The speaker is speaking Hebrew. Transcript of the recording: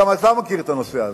גם אתה מכיר את הנושא הזה.